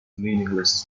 meaningless